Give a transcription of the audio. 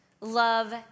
love